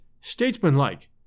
statesmanlike